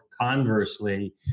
conversely